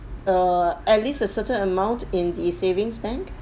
or at least a certain amount in the savings bank